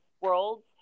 worlds